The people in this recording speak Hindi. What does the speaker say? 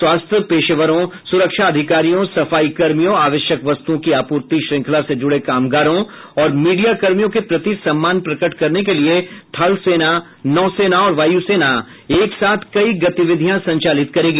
स्वास्थ्य पेशेवरो सुरक्षा अधिकारियों सफाई कर्मियों आवश्यक वस्तुओं की आप्रर्ति श्रृंखला से जुड़े काम गारों और मीडिया कर्मियों के प्रति सम्मान प्रकट करने के लिए थल सेना नौसेना और वायु सेना एक साथ कई गतिविधियां संचालित करेंगी